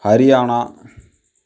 Haryana